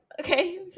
okay